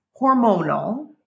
hormonal